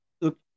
Look